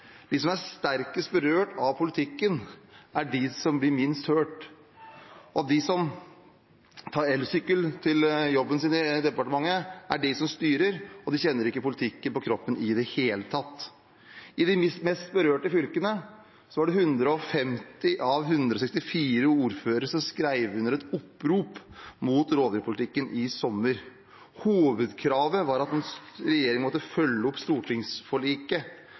De som er sterkest berørt av politikken, er de som blir minst hørt. De som tar elsykkel til jobben sin i departementet, er de som styrer, og de kjenner ikke politikken på kroppen i det hele tatt. I de mest berørte fylkene skrev 150 av 164 ordførere under på et opprop mot rovdyrpolitikken i sommer. Hovedkravet var at regjeringen måtte følge opp stortingsforliket.